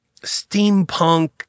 steampunk